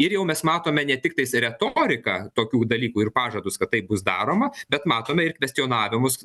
ir jau mes matome ne tiktais retoriką tokių dalykų ir pažadus kad tai bus daroma bet matome ir kvestionavimus